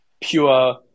pure